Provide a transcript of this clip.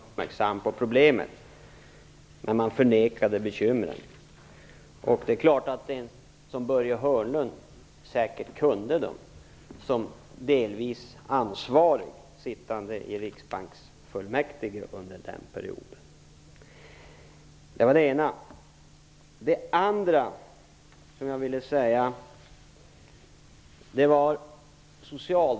Herr talman! Jag vill först beträffande bankerna bara konstatera att socialdemokraterna genom Allan Larsson vid ett flertal tillfällen ville göra den dåvarande regeringen uppmärksam på problemen men att den då förnekade bekymren. Börje Hörnlund kände säkerligen till dssa som delvis ansvarig, eftersom han under den perioden satt i Riksbanksfullmäktige.